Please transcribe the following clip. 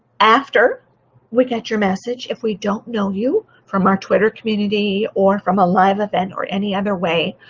after we get your message, if we don't know you from our twitter community or from a live event or any other way,